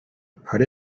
put